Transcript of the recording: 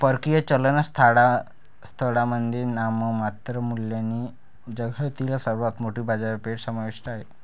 परकीय चलन स्थळांमध्ये नाममात्र मूल्याने जगातील सर्वात मोठी बाजारपेठ समाविष्ट आहे